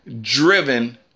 driven